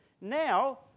Now